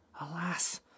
Alas